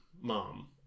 mom